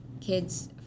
kids